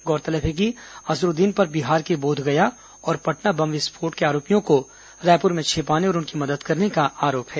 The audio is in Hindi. गौरतलब है कि अजरूद्दीन पर बिहार के बोधगया और पटना बम विस्फोट के आरोपियों को रायपुर भें छिपाने और उनकी मदद करने का आरोप है